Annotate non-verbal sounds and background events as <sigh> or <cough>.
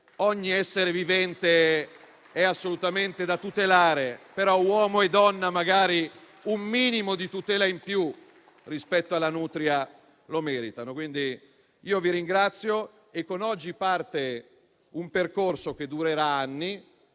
ogni essere vivente è assolutamente da tutelare, ma uomo e donna magari un minimo di tutela in più rispetto alla nutria lo meritano. <applause> Vi ringrazio. Con oggi parte un percorso che durerà anni,